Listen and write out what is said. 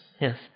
Yes